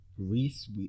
Reese